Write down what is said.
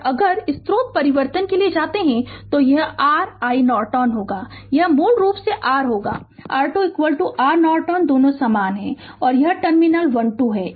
और अगर स्रोत परिवर्तन के लिए जाते हैं तो यह r iNorton होगा और यह मूल रूप से r होगा R2 R नॉर्टन दोनों समान हैं और यह टर्मिनल 1 2 है